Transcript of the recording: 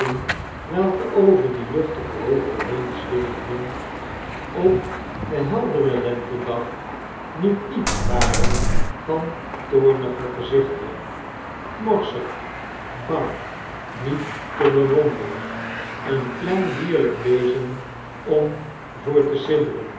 welke over die luchtige hoogte heen zweefden op den helderen lentedag niet iets waren van toornige gezichten morsig bang niet te bewonderen een klein dierlyk wezen om voor te